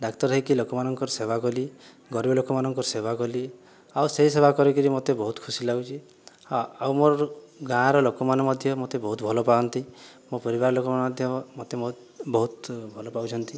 ଡାକ୍ତର ହେଇକି ଲୋକମାନଙ୍କର ସେବା କଲି ଗରିବ ଲୋକମାନଙ୍କର ସେବା କଲି ଆଉ ସେ ସେବା କରିକିରି ମତେ ବହୁତ ଖୁସି ଲାଗୁଛେ ଆଉ ଆଉ ମୋର ଗାଁ ର ଲୋକମାନେ ମଧ୍ୟ ମୋତେ ବହୁତ ଭଲ ପାଆନ୍ତି ମୋ ପରିବାର ଲୋକମାନେ ମଧ୍ୟ ମୋତେ ବହୁତ ବହୁତ ଭଲ ପାଉଛନ୍ତି